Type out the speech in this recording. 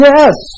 Yes